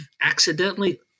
accidentally